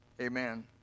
Amen